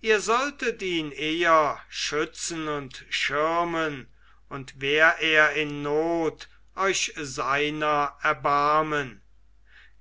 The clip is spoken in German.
ihr solltet ihn eher schützen und schirmen und wär er in not euch seiner erbarmen